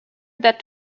that